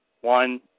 One